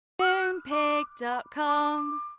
Moonpig.com